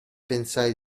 pensai